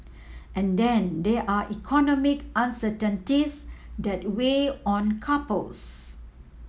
and then there are economic uncertainties that weigh on couples